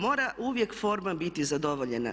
Mora uvijek forma biti zadovoljena.